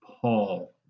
Paul